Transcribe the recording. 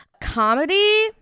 Comedy